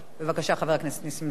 בבקשה, חבר הכנסת נסים זאב.